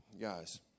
Guys